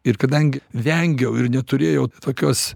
ir kadangi vengiau ir neturėjo tokios